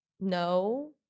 no